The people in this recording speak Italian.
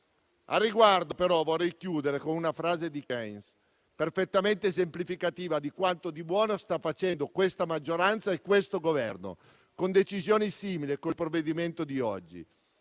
Al riguardo, vorrei chiudere con una frase di Keynes, perfettamente esemplificativa di quanto di buono stanno facendo l'attuale maggioranza e questo Governo, con decisioni simili e con il provvedimento odierno.